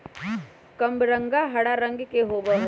कबरंगा हरा रंग के होबा हई